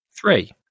Three